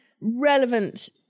relevant